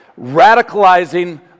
radicalizing